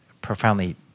profoundly